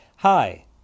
Hi